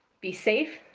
be safe.